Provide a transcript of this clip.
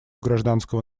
гражданского